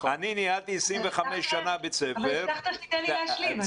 אני ניהלתי 25 שנים בית ספר --- אבל הבטחתם שתתנו לי להשלים.